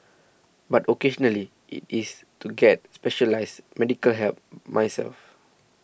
but occasionally it is to get specialised medical help myself